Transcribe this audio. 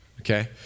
okay